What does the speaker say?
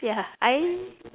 ya I